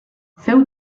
féu